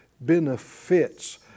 benefits